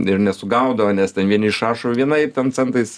ir nesugaudavo nes ten vieni išrašo vienaip ten centais